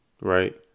Right